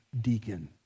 deacon